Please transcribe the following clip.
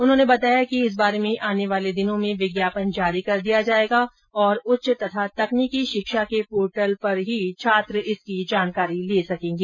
उन्होंने बताया इस बारे में आने वाले दिनों में विज्ञापन जारी किया जायेगा और उच्च और तकनीकी शिक्षा के पोर्टल पर ही छात्र इसकी जानकारी ले सकेंगे